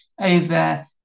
over